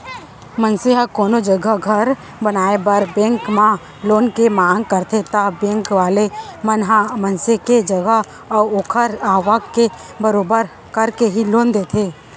मनसे ह कोनो जघा घर बनाए बर बेंक म लोन के मांग करथे ता बेंक वाले मन ह मनसे के जगा अऊ ओखर आवक के बरोबर करके ही लोन देथे